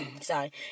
Sorry